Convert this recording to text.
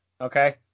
Okay